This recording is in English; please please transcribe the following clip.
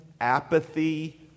apathy